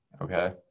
Okay